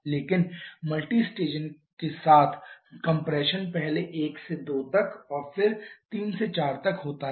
लेकिन मल्टीस्टेजिंग के साथ कंप्रेशन पहले 1 से 2 तक और फिर 3 से 4 तक होता है